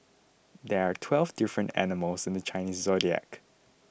there are twelve different animals in the Chinese zodiac